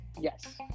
Yes